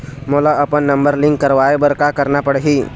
मोला अपन number link करवाये बर का करना पड़ही?